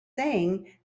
saying